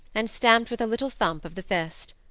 and stamped with a little thump of the fist.